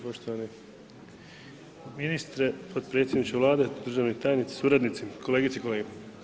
Poštovani ministre, potpredsjedniče Vlade, državni tajnici sa suradnicima, kolegice i kolege.